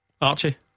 Archie